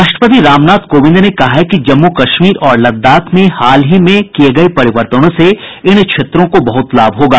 राष्ट्रपति राम नाथ कोविंद ने कहा है कि जम्मू कश्मीर और लद्दाख में हाल ही में किए परिवर्तनों से इन क्षेत्रों को बहुत लाभ होगा